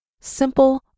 simple